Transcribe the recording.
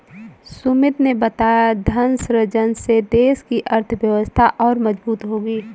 सुमित ने बताया धन सृजन से देश की अर्थव्यवस्था और मजबूत होगी